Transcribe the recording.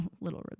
little